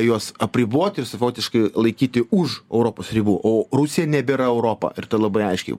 juos apriboti ir savotiškai laikyti už europos ribų o rusija nebėra europa ir tai labai aiškiai